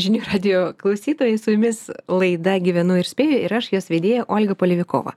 žinių radijo klausytojai su jumis laida gyvenu ir spėju ir aš jos vedėja olga polevikova